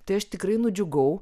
tai aš tikrai nudžiugau